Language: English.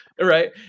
right